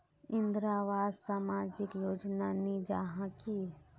इंदरावास सामाजिक योजना नी जाहा की?